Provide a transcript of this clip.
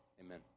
Amen